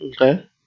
Okay